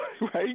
right